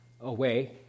away